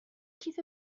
کیف